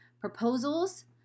proposals